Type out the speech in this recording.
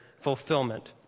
fulfillment